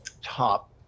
top